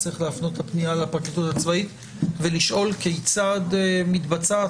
צריך להפנות את הפנייה לפרקליטות הצבאית ולשאול כיצד מתבצעת